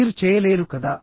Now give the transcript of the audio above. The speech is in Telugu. మీరు చేయలేరు కదా